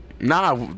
Nah